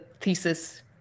thesis